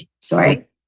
Sorry